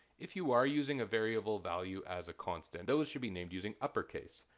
if you are using a variable value as a constant, those should be named using upper case.